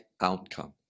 outcome